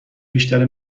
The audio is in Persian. بیشتر